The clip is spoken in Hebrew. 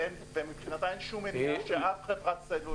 ומבחינתה אין שום מניעה שאף חברת סלולר